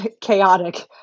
chaotic